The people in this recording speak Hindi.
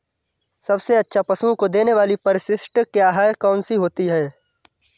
सबसे अच्छा पशुओं को देने वाली परिशिष्ट क्या है? कौन सी होती है?